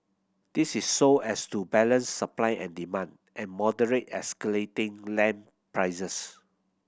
this is so as to balance supply and demand and moderate escalating land prices